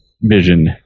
vision